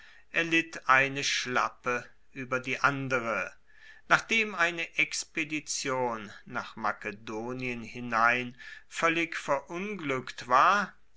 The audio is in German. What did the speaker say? erlitt eine schlappe ueber die andere nachdem eine expedition nach makedonien hinein voellig verunglueckt war